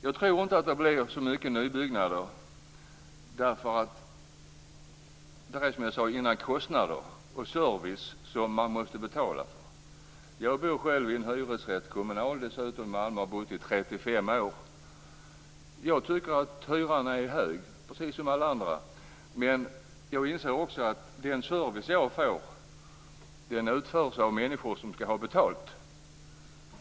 Jag tror inte att det blir så mycket nybyggnader, därför att det finns, som jag sade tidigare, kostnader och service som man måste betala. Jag bor själv i en hyresrätt, kommunal dessutom, i Malmö och har bott där i 35 år. Jag tycker att hyran är hög, precis som alla andra, men jag inser också att den service jag får utförs av människor som ska ha betalt.